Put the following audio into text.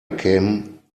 came